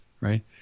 right